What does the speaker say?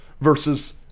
versus